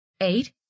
Eight